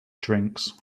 drinks